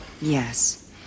Yes